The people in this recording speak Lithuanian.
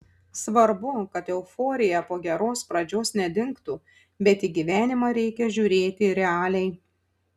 svarbu kad euforija po geros pradžios nedingtų bet į gyvenimą reikia žiūrėti realiai